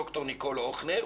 ד"ר ניקול הוכנר,